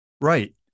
Right